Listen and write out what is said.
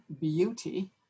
beauty